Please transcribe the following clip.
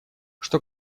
что